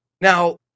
Now